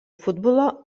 futbolo